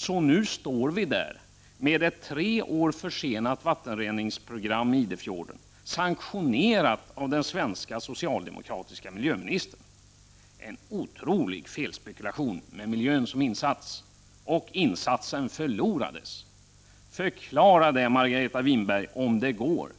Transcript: Så nu står vi där 7 med ett tre år försenat vattenreningsprogram för Idefjorden, sanktionerat av den svenska socialdemokratiska miljöministern — en otrolig felspekulation med miljön som insats, Och insatsen förlorades. Förklara det, Margareta Winberg — om det nu går!